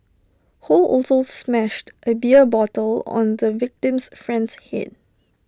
ho also smashed A beer bottle on the victim's friend's Head